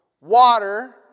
Water